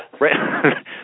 right